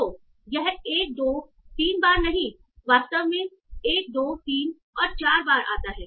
तो यह 1 2 3 बार नहीं वास्तव में 1 2 3 और 4 बार आता है